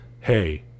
Hey